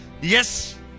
Yes